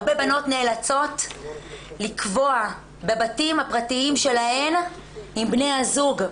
הרבה בנות נאלצות לקבוע בבתים הפרטיים שלהן עם בני הזוג,